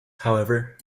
however